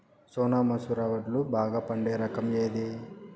సోనా మసూర వడ్లు బాగా పండే రకం ఏది